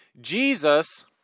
Jesus